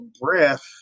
breath